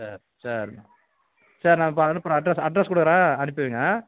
சரி சரிம்மா சரி நான் இப்போ அனுப்புகிறேன் அட்ரெஸ் அட்ரெஸ் கொடுக்குறேன் அனுப்பிடுங்கள்